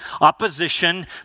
opposition